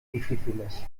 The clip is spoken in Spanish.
difíciles